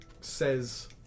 says